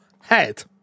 head